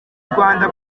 rwanda